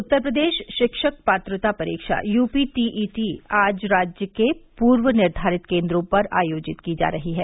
उत्तर प्रदेश शिक्षक पात्रता परीक्षा यू पी टीईटी आज राज्य के पूर्व निर्धारित केन्द्रों पर आयोजित की जा रही हैं